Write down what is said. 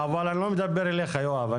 אבל אני לא מדבר אליך יואב,